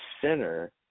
center